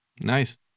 Nice